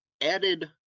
added